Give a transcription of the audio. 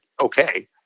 okay